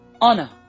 honor